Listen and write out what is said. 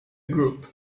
group